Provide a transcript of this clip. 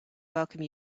welcome